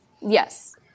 yes